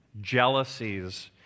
jealousies